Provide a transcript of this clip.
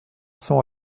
cents